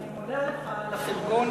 אני מודה לך על הפרגון,